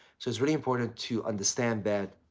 so, it's really important to understand that,